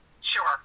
Sure